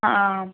ആ